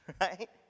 Right